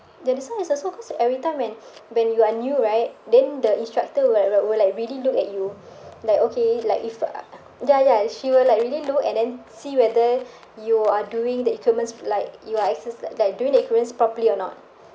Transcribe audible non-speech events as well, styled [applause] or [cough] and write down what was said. ya this one is also cause everytime when when you are new right then the instructor will right will like really look at you [breath] like okay like if uh ya ya she will like really look and then see whether you are doing the equipments like you exerci~ like doing the equipments properly or not